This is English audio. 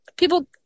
People